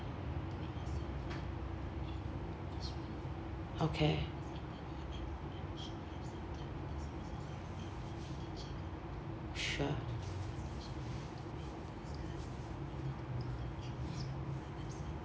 okay sure